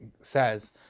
says